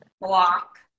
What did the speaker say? block